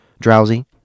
drowsy